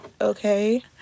okay